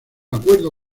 acuerdo